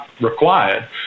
required